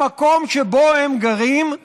במקום שבו הם גרים,